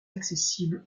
accessibles